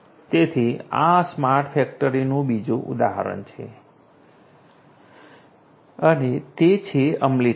તેથી આ સ્માર્ટ ફેક્ટરીનું બીજું ઉદાહરણ છે અને તે છે અમલીકરણ